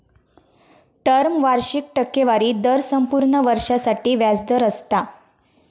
term वार्षिक टक्केवारी दर संपूर्ण वर्षासाठी व्याज दर असता